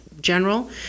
general